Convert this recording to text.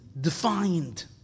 defined